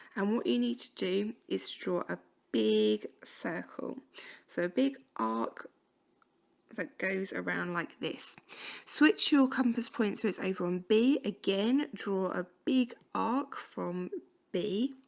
and what you need to do is draw a big circle so a big arc that goes around like this switch your compass points is over on b again draw a big arc from b.